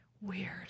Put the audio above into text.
weird